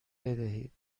بدهید